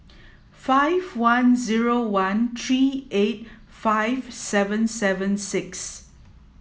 five one zero one three eight five seven seven six